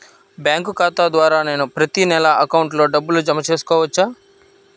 Bank ఖాతా ద్వారా నేను ప్రతి నెల అకౌంట్లో డబ్బులు జమ చేసుకోవచ్చా?